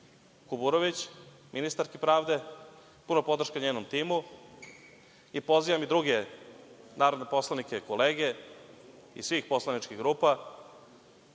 Kuburović, ministarki pravde, puna podrška njenom timu. I pozivam i druge narodne poslanike, kolege iz svih poslaničkih grupa